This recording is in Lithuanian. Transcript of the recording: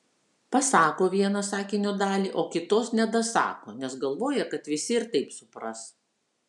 pasako vieną sakinio dalį o kitos nedasako nes galvoja kad visi ir taip supras